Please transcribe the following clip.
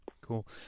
cool